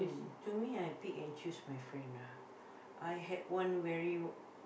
to me I pick and choose my friend ah I had one very